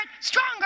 stronger